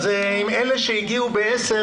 אז עם אלה שהגיעו לכאן ב-10,